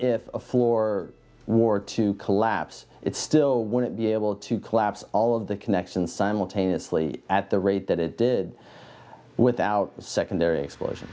if for ward to collapse it still wouldn't be able to collapse all of the connections simultaneously at the rate that it did without the secondary explosion